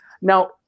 Now